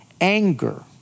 anger